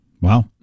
Wow